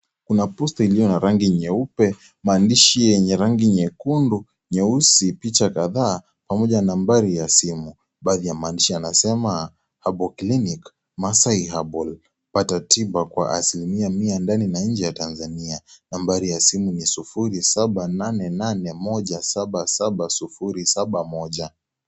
Kuna pusta iliyo na rangi nyeupe, maandishi yenye rangi nyekundu, nyeusi, picha kadhaa pamoja na numbari ya simu. Baadhi ya maadhishi yanasema harbal clinic Masai harbal pata tiba kwa asilimia mia ndani na inje ya Tanzania, numbari ya simu ni 0788177071.